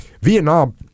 Vietnam